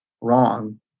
wrong